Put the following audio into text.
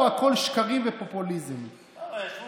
קיבלו ג'וב טוב, ואת ג'וב טוב העיפו מכאן.